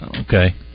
Okay